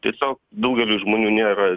tiesio daugeliui žmonių nėra